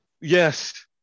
Yes